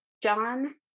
John